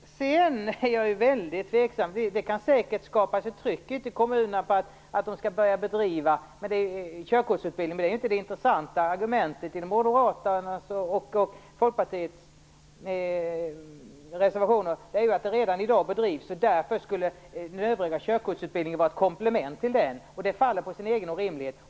Det kan vidare säkerligen komma att skapas ett tryck ute i kommunerna att börja bedriva körkortsutbildning, men det är inte det intressanta argumentet. I Moderaternas och Folkpartiets reservation framhålls att sådan utbildning redan i dag bedrivs i gymnasieskolor och att den övriga körkortsutbildningen skulle vara ett komplement till detta. Det faller på sin egen orimlighet.